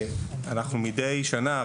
אנחנו מדי שנה,